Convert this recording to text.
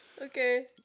Okay